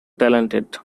talented